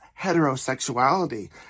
heterosexuality